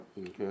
okay